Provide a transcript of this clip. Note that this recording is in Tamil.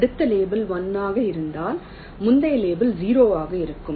அடுத்த லேபிள் 1 ஆக இருந்தால் முந்தைய லேபிள் 0 ஆக இருக்கும்